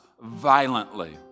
violently